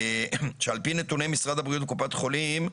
שעל פי נתוני משרד הבריאות וקופת חולים,